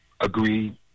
agreed